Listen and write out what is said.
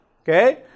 okay